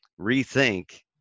rethink